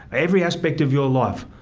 every aspect of your life.